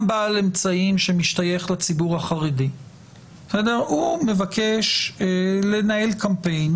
בעל אמצעים שמשתייך לציבור החרדי מבקש לנהל קמפיין,